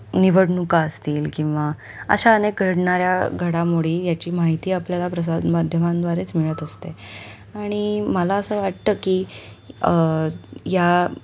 निवडणुका असतील किंवा अशा अनेक घडणाऱ्या घडामोडी याची माहिती आपल्याला प्रसारमाध्यमांद्वारेच मिळत असते आणि मला असं वाटतं की ह्या